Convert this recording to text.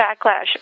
backlash